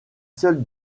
seul